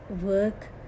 work